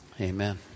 amen